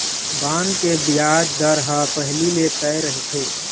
bond के बियाज दर ह पहिली ले तय रहिथे